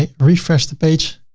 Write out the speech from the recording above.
ah refresh the page.